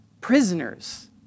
prisoners